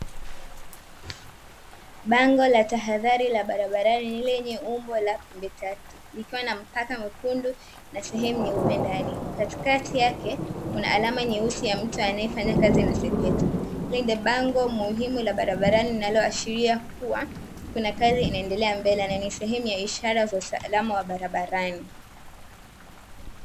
Bango la tahadhari la barabarani, lenye umbo la pembe tatu, likiwa na mpaka mwekundu na sehemu nyeupe ndani, katikati yake kuna alama nyeusi ya mtu anayefanya kazi na sepetu. Hili ni bango muhimu la barabarani linaloashiria kuwa, kuna kazi inaendelea mbele, na ni sehemu ya ishara za usalama wa barabarani.